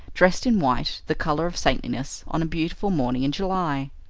dressed in white, the colour of saintliness, on a beautiful morning in july.